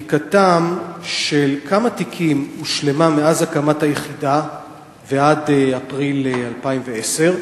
1. בדיקתם של כמה תיקים הושלמה מאז הקמת היחידה ועד אפריל 2010?